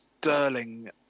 Sterling